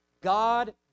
god